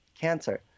cancer